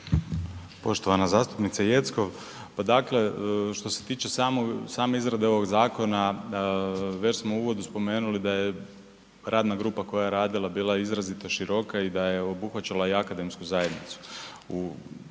Poštovana zastupnice Jeckov. Pa dakle što se tiče same izrade ovog zakona, već smo u uvodu spomenuli da je radna grupa koja je radila bila izrazito široka i da je obuhvaćala i akademsku zajednicu.